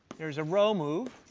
there's a row move.